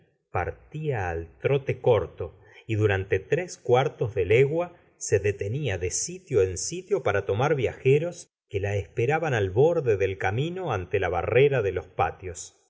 partía al trote corto y durante tres cuartos de legua se detenía de sitio en sitio para tomar viajeros que la esperaban al borde del camino ante la barrera de los patios